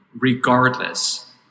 regardless